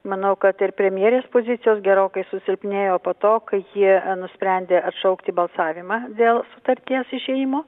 manau kad ir premjerės pozicijos gerokai susilpnėjo po to kai ji nusprendė atšaukti balsavimą dėl sutarties išėjimo